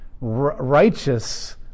righteous